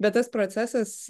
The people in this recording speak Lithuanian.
bet tas procesas